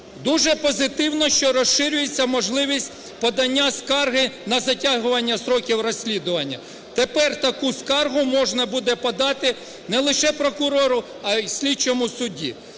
Дуже позитивно, що розширюється можливість подання скарги на затягування строків розслідування. Тепер таку скаргу можна буде подати не лише прокурору, а й слідчому судді.